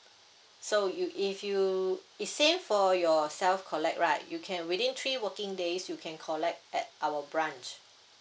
so you if you it's same for your self collect right you can within three working days you can collect at our branch